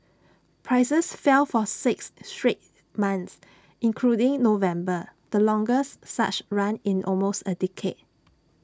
prices fell for six straight months including November the longest such run in almost A decade